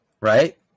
right